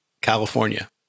California